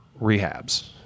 rehabs